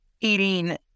eating